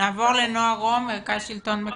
מאחר ויש לנו התקשרות עם עמותה שנותנת לנו את השירותים,